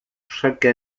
chaque